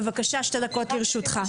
בבקשה, שתי דקות לרשותך.